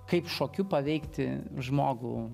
kaip šokiu paveikti žmogų